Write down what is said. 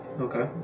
Okay